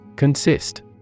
Consist